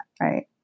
right